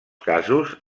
casos